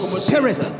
spirit